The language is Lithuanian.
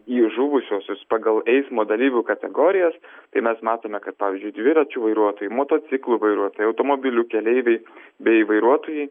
į žuvusiuosius pagal eismo dalyvių kategorijas tai mes matome kad pavyzdžiui dviračių vairuotojai motociklų vairuotojai automobilių keleiviai bei vairuotojai